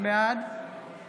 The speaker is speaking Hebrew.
בעד